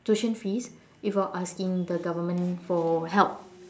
tuition fees without asking the government for help